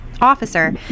officer